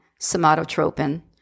somatotropin